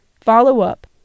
Follow-up